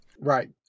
Right